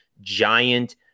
giant